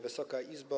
Wysoka Izbo!